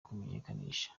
kumenyekanisha